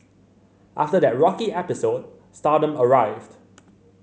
after that rocky episode stardom arrived